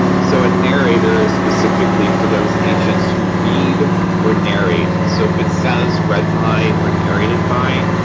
so, a narrator is specifically for those agents who read or narrate. so if it says read by or narrated by,